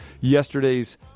yesterday's